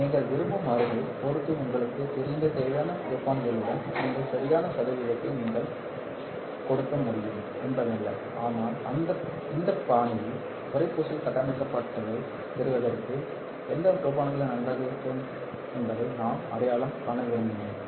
நீங்கள் விரும்பும் மருந்தைப் பொறுத்து உங்களுக்குத் தெரிந்த தேவையான டோபண்டுகளுடன் நீங்கள் சரியான சதவீதத்தை கொடுக்க வேண்டும் என்பதல்ல ஆனால் இந்த பாணியில் உறைப்பூச்சில் கட்டமைக்கப்பட்டதைப் பெறுவதற்கு எந்த டோபண்டுகள் நன்றாக இருக்கும் என்பதை நான் அடையாளம் காண விரும்பினேன்